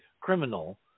criminal